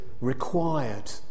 required